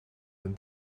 een